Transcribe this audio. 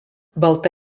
balta